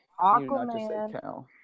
Aquaman